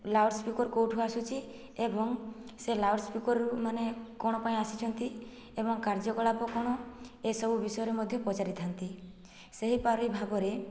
loudspeaker କେଉଁଠୁ ଆସୁଛି ଏବଂ ସେ ଲାଉଡସ୍ପିକରରୁ ମାନେ କ'ଣ ପାଇଁ ଆସିଛନ୍ତି ଏବଂ କାର୍ଯ୍ୟକଳାପ କ'ଣ ଏସବୁ ବିଷୟରେ ମଧ୍ୟ ପଚାରିଥାନ୍ତି ସେହିପରି ଭାବରେ